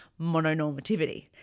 mononormativity